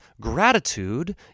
gratitude